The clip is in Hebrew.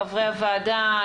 חברי הוועדה,